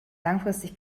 langfristig